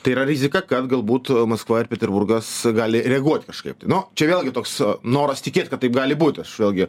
tai yra rizika kad galbūt maskva ar peterburgas gali reaguoti kažkaip tai nu čia vėlgi toks noras tikėt kad taip gali būt aš vėlgi